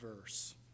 verse